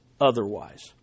otherwise